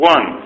One